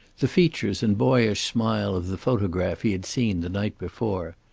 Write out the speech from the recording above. the features and boyish smile of the photograph he had seen the night before.